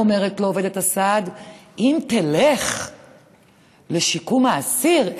אומרת לו עובדת הסעד: אם תלך לשיקום האסיר,